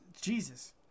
Jesus